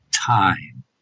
time